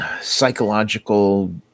psychological